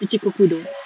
ichikokudo